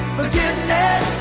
forgiveness